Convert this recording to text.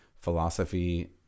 philosophy